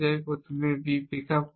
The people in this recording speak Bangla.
প্রথমে B পিক আপ করুন